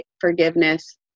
forgiveness